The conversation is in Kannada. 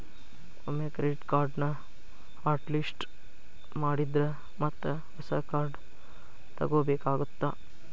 ಒಮ್ಮೆ ಕ್ರೆಡಿಟ್ ಕಾರ್ಡ್ನ ಹಾಟ್ ಲಿಸ್ಟ್ ಮಾಡಿದ್ರ ಮತ್ತ ಹೊಸ ಕಾರ್ಡ್ ತೊಗೋಬೇಕಾಗತ್ತಾ